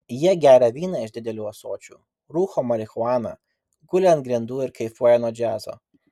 jie geria vyną iš didelių ąsočių rūko marihuaną guli ant grindų ir kaifuoja nuo džiazo